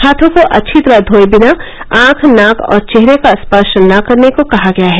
हाथों को अच्छी तरह धोए बिना आंख नाक और चेहरे का स्पर्श न करने को कहा गया है